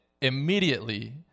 immediately